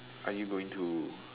are you going to